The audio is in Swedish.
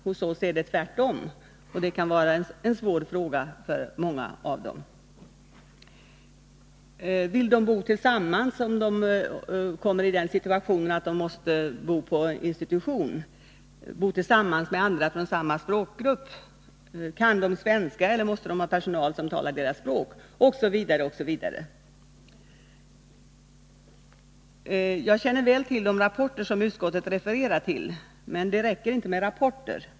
Hos oss är det tvärtom, och det kan givetvis medföra svårigheter för många av dem. Vill de, om de hamnar i den situationen att de måste bo på institution, bo tillsammans med andra från samma språkgrupp? Kan de svenska, eller måste de ha personal som talar deras språk, osv.? Jag känner väl till de rapporter som utskottet refererar till, men det räcker inte med rapporter.